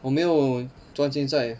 我没有专心在